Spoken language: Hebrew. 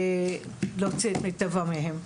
להוציא את מיטבם מהם.